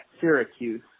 Syracuse